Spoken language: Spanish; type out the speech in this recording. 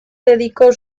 dedicó